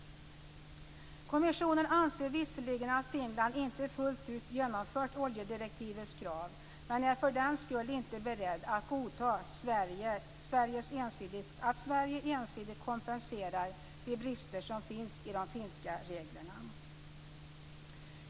Kommissionen anser visserligen att Finland inte fullt ut genomfört oljedirektivets krav men är för den skull inte beredd att godta att Sverige ensidigt kompenserar de brister som finns i de finska reglerna.